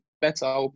better